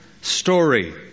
story